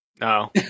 No